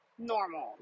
Normal